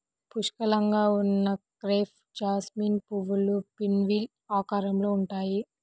పుష్కలంగా ఉన్న crepe jasmine పువ్వులు పిన్వీల్ ఆకారంలో ఉంటాయి